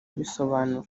abisobanura